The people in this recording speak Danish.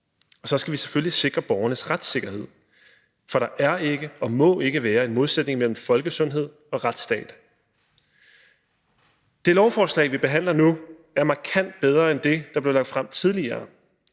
og så skal vi selvfølgelig sikre borgernes retssikkerhed, for der er ikke og må ikke være en modsætning mellem folkesundhed og retsstat. Det lovforslag, vi behandler nu, er markant bedre end det, der blev lagt frem tidligere,